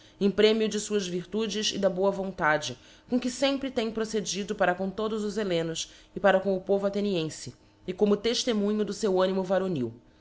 em premio de fuás virtudes e da boa vontade com que fempre tem procedido para com todos os hellenos e para com o povo athenienfe e como teftemunho do feu animo varonil